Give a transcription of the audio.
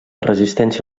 resistència